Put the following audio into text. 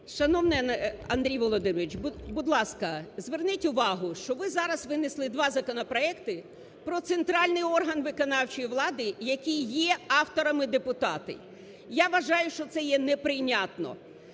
Шановний Андрій Володимирович, будь ласка, зверніть увагу, що ви зараз винесли два законопроекти про центральний орган виконавчої влади, які є авторами депутати. Я вважаю, що це є неприйнятно,